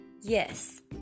yes